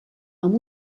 amb